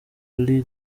lee